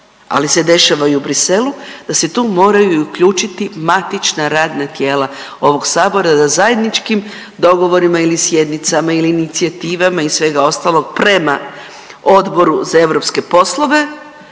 ali se dešavaju u Bruxellesu da se tu moraju i uključiti matična radna tijela ovog sabora da zajedničkim dogovorima ili sjednicama ili inicijativama i svega ostaloga prema Odboru za europske poslove